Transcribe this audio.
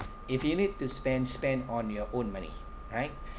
if you need to spend spend on your own money right